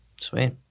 Sweet